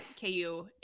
KU